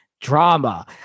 drama